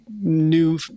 new